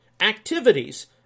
activities